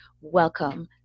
welcome